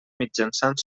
mitjançant